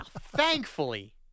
Thankfully